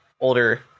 older